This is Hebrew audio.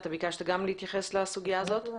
אתה ביקשת גם להתייחס לסוגיה הזאת.